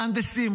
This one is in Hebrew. מהנדסים,